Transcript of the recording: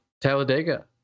Talladega